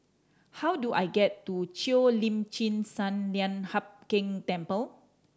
how do I get to Cheo Lim Chin Sun Lian Hup Keng Temple